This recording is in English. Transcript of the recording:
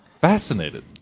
fascinated